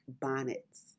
bonnets